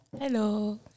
Hello